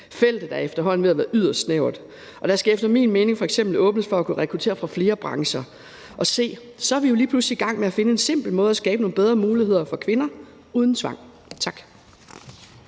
Feltet er efterhånden ved at være yderst snævert, og der skal efter min mening f.eks. åbnes for at kunne rekruttere fra flere brancher. Og se, så er vi jo lige pludselig i gang med at finde en simpel måde at skabe nogle bedre muligheder for kvinder på uden tvang. Tak.